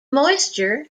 moisture